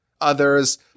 others